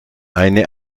eine